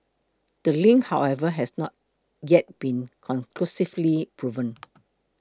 the link however has not yet been conclusively proven